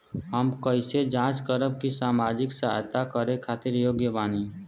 हम कइसे जांच करब की सामाजिक सहायता करे खातिर योग्य बानी?